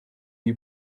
you